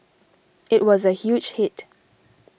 it was a huge hit